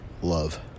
love